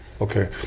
Okay